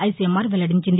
ICMR వెల్లడించింది